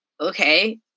Okay